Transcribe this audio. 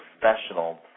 professional